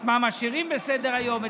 את מה משאירים בסדר-היום,